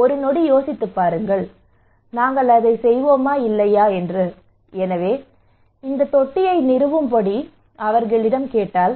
ஒரு நொடி யோசித்துப் பாருங்கள் நாங்கள் அதைச் செய்வோமா இல்லையா எனவே இந்த தொட்டியை நிறுவும்படி அவர்களிடம் கேட்டால்